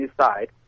side